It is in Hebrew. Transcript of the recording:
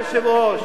אדוני היושב-ראש,